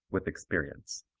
with experience.